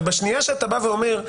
ברגע שאתה אומר: